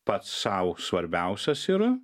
pats sau svarbiausias yra